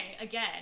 again